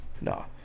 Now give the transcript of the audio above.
no